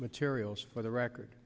materials for the record